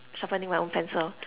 sharpening my own pencil